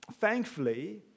Thankfully